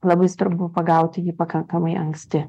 labai svarbu pagauti jį pakankamai anksti